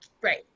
Right